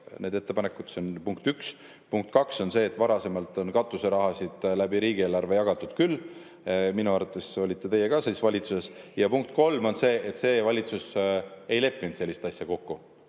need ettepanekud. See on punkt üks. Punkt kaks on see, et varasemalt on katuserahasid riigieelarve kaudu jagatud küll. Minu arvates olite ka teie siis valitsuses. Ja punkt kolm on see, et see valitsus ei leppinud sellist asja kokku. Aga